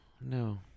no